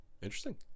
interesting